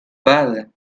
violin